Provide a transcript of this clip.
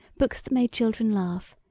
books that made children laugh,